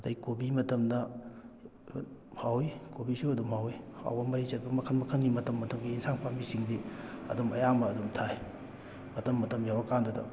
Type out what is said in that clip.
ꯑꯗꯩ ꯀꯣꯕꯤ ꯃꯇꯝꯗ ꯍꯥꯎꯏ ꯀꯣꯕꯤꯁꯨ ꯑꯗꯨꯝ ꯍꯥꯎꯏ ꯍꯥꯎꯕ ꯃꯔꯤ ꯆꯠꯄ ꯃꯈꯜ ꯃꯈꯜꯒꯤ ꯃꯇꯝ ꯃꯇꯝꯒꯤ ꯏꯟꯁꯥꯡ ꯄꯥꯝꯕꯤꯁꯤꯡꯗꯤ ꯑꯗꯨꯝ ꯑꯌꯥꯝꯕ ꯑꯗꯨꯝ ꯊꯥꯏ ꯃꯇꯝ ꯃꯇꯝ ꯌꯧꯔ ꯀꯥꯟꯗꯨꯗ